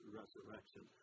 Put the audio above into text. resurrection